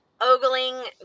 ogling